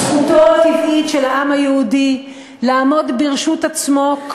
זכותו הטבעית של העם היהודי לעמוד ברשות עצמו,